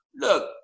look